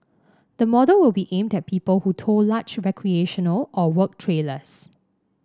the model will be aimed at people who tow large recreational or work trailers